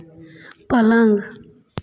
पलंग